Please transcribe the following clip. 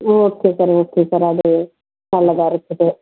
okay sir okay sir அது நல்லதாக இருக்குது